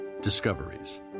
Discoveries